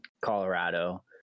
Colorado